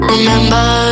Remember